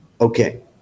Okay